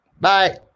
Bye